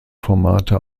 formate